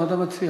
מה אתה מציע?